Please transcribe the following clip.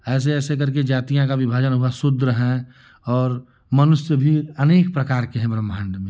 ऐसे ऐसे करके जातियाँ का विभाजन हुआ शूद्र हैं और मनुष्य भी अनेक प्रकार के हैं ब्रह्माण्ड में